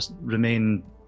remain